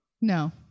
No